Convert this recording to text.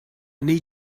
need